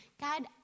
God